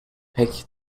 pek